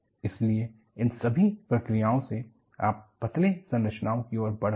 इसलिए इस सभी प्रक्रियाओं से आप पतले संरचनाओं की ओर बढ़ रहे हैं